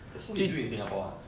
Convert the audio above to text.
oh so he still in singapore ah